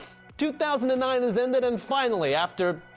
two thousand and nine has ended and finally after